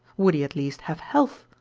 would he at least have health?